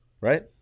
Right